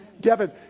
Devin